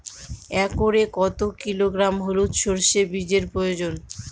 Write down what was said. একরে কত কিলোগ্রাম হলুদ সরষে বীজের প্রয়োজন?